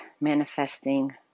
manifesting